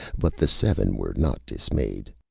but the seven were not dismayed.